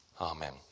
Amen